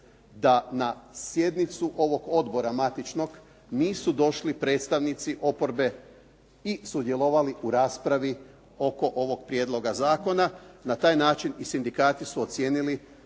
da na sjednicu ovog odbora matičnog nisu došli predstavnici oporbe i sudjelovali u raspravi oko ovog prijedloga zakona. Na taj način i sindikati su ocijenili